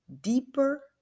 deeper